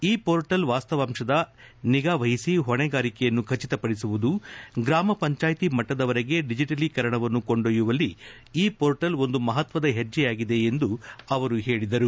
ಈ ಮೋರ್ಟಲ್ ವಾಸ್ತವಾಂಶದ ನಿಗಾವಹಿಸಿ ಹೊಣೆಗಾರಿಕೆಯನ್ನು ಖಚಿತಪಡಿಸುವುದು ಗ್ರಾಮ ಪಂಚಾಯಿತಿ ಮಟ್ಟದವರೆಗೆ ಡಿಜಿಟಲೀಕರಣವನ್ನು ಕೊಂಡೊಯ್ಲವಲ್ಲಿ ಈ ಪೋರ್ಟಲ್ ಒಂದು ಮಹತ್ವದ ಹೆಜ್ಜೆಯಾಗಿದೆ ಎಂದು ಅವರು ಹೇಳಿದರು